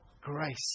grace